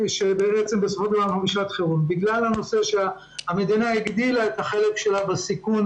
שמכיוון שהמדינה הגדילה את החלק שלה בסיכון,